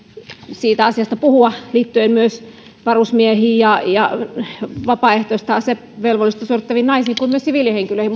siitä asiasta puhua liittyen myös varusmiehiin ja ja vapaaehtoista asevelvollisuutta suorittaviin naisiin niin kuin myös siviilihenkilöihin